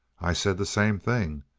i said the same thing,